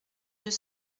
deux